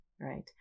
right